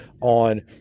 on